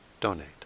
donate